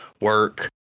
work